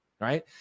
right